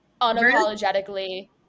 unapologetically